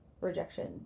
rejection